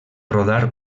rodar